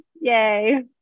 Yay